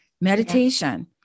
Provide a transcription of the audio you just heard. meditation